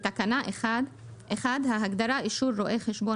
בתקנה 1 - ההגדרה "אישור רואה חשבון